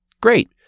Great